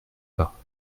pas